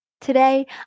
Today